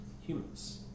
humans